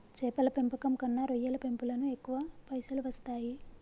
చేపల పెంపకం కన్నా రొయ్యల పెంపులను ఎక్కువ పైసలు వస్తాయి